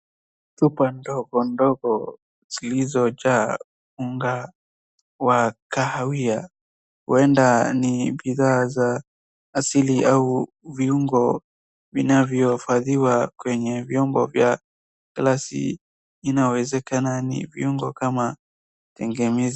Chupa ndogo ndogo zilizojaa unga wa kahawia huenda ni bidhaa za asili au viungoo vinavyohifadhiwa kwenye vyombo vya glasi inayowezekana ni viungo kama.